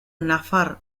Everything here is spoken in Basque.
nafar